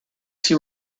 see